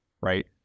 Right